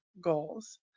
goals